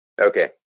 Okay